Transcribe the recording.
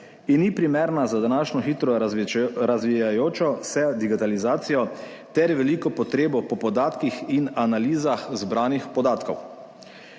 in ni primerna za današnjo hitro razvijajočo se digitalizacijo ter veliko potrebo po podatkih in analizah zbranih podatkov.